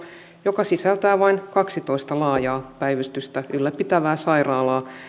joka sisältää vain kaksitoista laajaa päivystystä ylläpitävää sairaalaa